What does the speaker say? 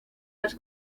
las